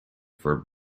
for